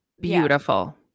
beautiful